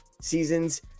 seasons